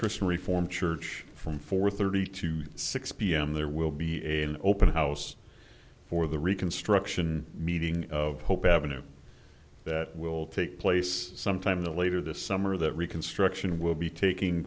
christian reform church from four thirty to six pm there will be a an open house for the reconstruction meeting of hope avenue that will take place sometime later this summer that reconstruction will be taking